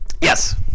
Yes